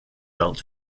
belt